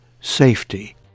safety